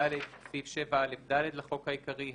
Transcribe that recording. (ד)סעיף 7א(ד) לחוק העיקרי,